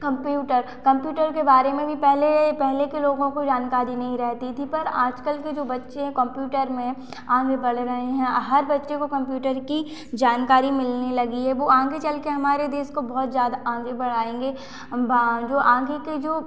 computer computer के बारे में भी पहले पहले के लोगों को जानकारी नहीं रहती थी पर आजकल के जो बच्चे हैं कंप्यूटर में आगे बढ़ रहे हैं हर बच्चे को कंप्यूटर की जानकारी मिलने लगी है वह आगे चलकर हमारे देश को बहुत ज़्यादा आगे बढ़ाएँगे बा आगे के जो